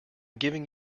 giving